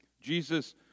Jesus